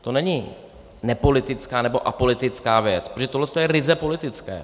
To není nepolitická nebo apolitická věc, tohle je ryze politické.